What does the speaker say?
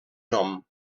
nom